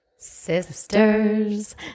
sisters